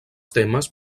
temes